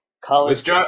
college